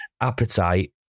appetite